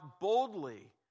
boldly